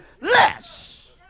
less